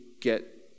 get